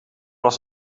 was